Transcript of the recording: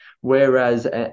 Whereas